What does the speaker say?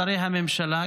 שרי הממשלה,